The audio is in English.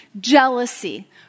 jealousy